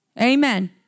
Amen